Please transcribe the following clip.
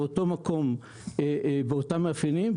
באותו מקום ועם אותם מאפיינים,